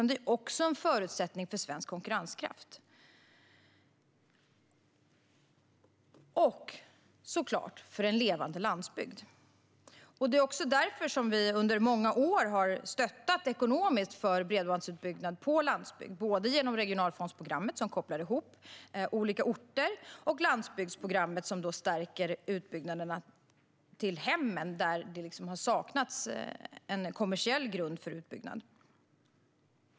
Det är också en förutsättning för svensk konkurrenskraft och såklart för en levande landsbygd. Det är också därför som vi under många år ekonomiskt har stöttat bredbandsutbyggnad på landsbygden både genom regionalfondsprogrammet, som kopplar ihop olika orter, och inom landsbygdsprogrammet, som stärker utbyggnaden till hemmen, där det har saknats en kommersiell grund för utbyggnad.